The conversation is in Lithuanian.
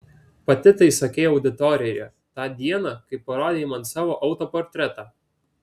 pati tai sakei auditorijoje tą dieną kai parodei man savo autoportretą